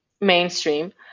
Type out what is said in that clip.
mainstream